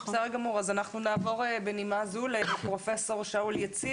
נעבור בנימה זו לפרופסור שאול יציב